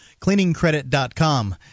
Cleaningcredit.com